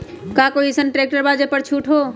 का कोइ अईसन ट्रैक्टर बा जे पर छूट हो?